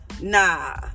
Nah